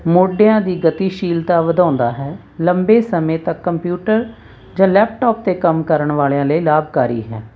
ਮੋਢਿਆਂ ਦੀ ਗਤੀਸ਼ੀਲਤਾ ਵਧਾਉਂਦਾ ਹੈ ਲੰਬੇ ਸਮੇਂ ਤੱਕ ਕੰਪਿਊਟਰ ਜਾਂ ਲੈਪਟਾਪ 'ਤੇ ਕੰਮ ਕਰਨ ਵਾਲਿਆਂ ਲਈ ਲਾਭਕਾਰੀ ਹੈ